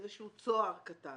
איזשהו צוהר קטן.